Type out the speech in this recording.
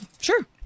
Sure